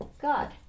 God